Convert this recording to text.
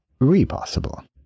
Repossible